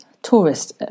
tourists